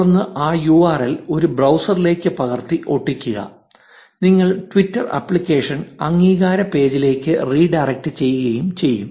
തുടർന്ന് ആ U R L ഒരു ബ്രൌസറിലേക്ക് പകർത്തി ഒട്ടിക്കുക നിങ്ങൾ ട്വിറ്റർ ആപ്ലിക്കേഷൻ അംഗീകാര പേജിലേക്ക് റീഡയറക്ട് ചെയ്യുകയും ചെയ്യും